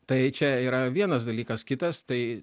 tai čia yra vienas dalykas kitas tai